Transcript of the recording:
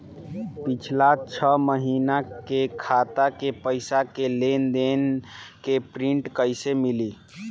पिछला छह महीना के खाता के पइसा के लेन देन के प्रींट कइसे मिली?